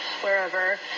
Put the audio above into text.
wherever